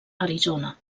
arizona